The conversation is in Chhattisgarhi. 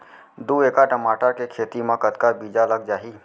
दू एकड़ टमाटर के खेती मा कतका बीजा लग जाही?